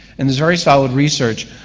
and there's very solid research